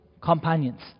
companions